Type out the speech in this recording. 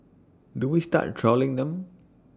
do we start trolling them